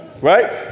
Right